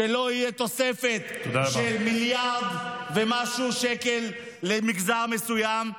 שלא תהיה תוספת של מיליארד ומשהו שקל למגזר מסוים,